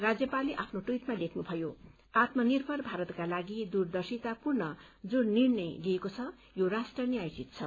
राज्यपालले आफ्नो ट्वीटमा लेख्नुभयो आत्म निर्भर भारतका लागि दूरदर्शितापूर्ण जुन निर्णय लिइएको छ यो राष्ट्र न्यायोचित छ